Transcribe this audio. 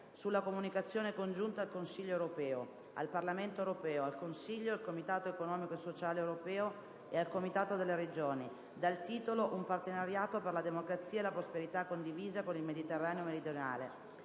sulla comunicazione congiunta al Consiglio europeo, al Parlamento europeo, al Consiglio, al Comitato economico e sociale europeo e al Comitato delle regioni dal titolo: "Un partenariato per la democrazia e la prosperità condivisa con il Mediterraneo meridionale"***